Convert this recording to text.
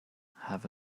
have